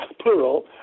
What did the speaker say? plural